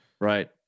Right